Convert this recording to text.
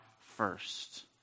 first